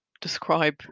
describe